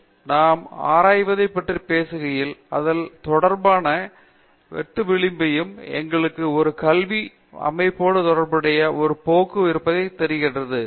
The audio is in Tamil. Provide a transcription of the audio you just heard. பேராசிரியர் பிரதாப் ஹரிதாஸ் இந்த சூழலில் நாம் ஆராய்வதைப் பற்றி பேசுகையில் அதன் தொடர்பான வெட்டு விளிம்பையும் எங்களுக்கு ஒரு கல்வி அமைப்போடு தொடர்புபடுத்தக்கூடிய ஒரு போக்கு இருப்பதாக எனக்குத் தெரியும்